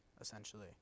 essentially